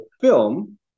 film